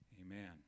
Amen